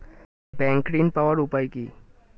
Bank ঋণ পাওয়ার উপায় কি?